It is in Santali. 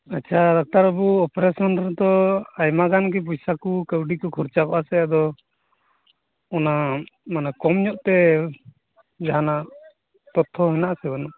ᱟᱪᱪᱷᱟ ᱰᱟᱠᱛᱟᱨ ᱵᱟ ᱵᱩ ᱚᱯᱟᱨᱮᱥᱚᱱ ᱨᱮᱫᱚ ᱟᱭᱢᱟ ᱜᱟᱱᱜᱮ ᱯᱚᱭᱥᱟ ᱠᱚ ᱠᱟ ᱣᱰᱤ ᱠᱚ ᱠᱷᱚᱨᱪᱟᱜᱼᱟ ᱥᱮ ᱟᱫᱚ ᱚᱱᱟ ᱢᱟᱱᱮ ᱠᱚᱢ ᱧᱚᱜᱛᱮ ᱡᱟᱦᱟᱱᱟᱜ ᱛᱚᱛᱛᱷᱚ ᱦᱮᱱᱟᱜ ᱟ ᱥᱮ ᱵᱟ ᱱᱩᱜ ᱟ